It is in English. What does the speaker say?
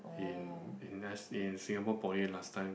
in in s in Singapore poly last time